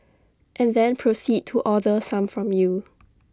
and then proceed to order some from you